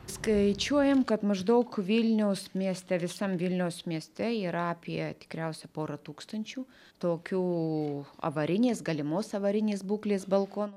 skaičiuojam kad maždaug vilniaus mieste visam vilniaus mieste yra apie tikriausia porą tūkstančių tokių avarinės galimos avarinės būklės balkonų